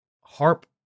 harp